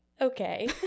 okay